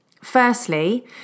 Firstly